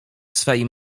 swej